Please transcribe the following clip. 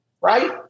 right